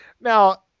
now